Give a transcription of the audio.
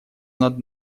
над